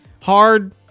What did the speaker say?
hard